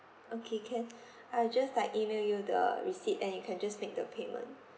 okay can I will just like email you the receipt then you can just make the payment